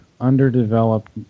underdeveloped